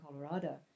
Colorado